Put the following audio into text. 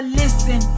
listen